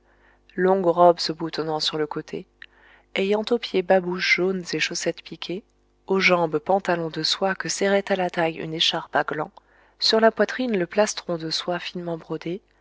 longue robe se boutonnant sur le côté ayant aux pieds babouches jaunes et chaussettes piquées aux jambes pantalons de soie que serrait à la taille une écharpe à glands sur la poitrine le plastron de soie finement brodé